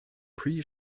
pre